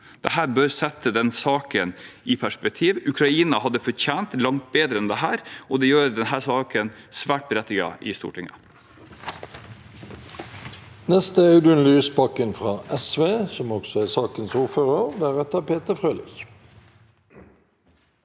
Dette bør sette denne saken i perspektiv. Ukraina hadde fortjent langt bedre enn dette, og det gjør denne saken svært berettiget i Stortinget.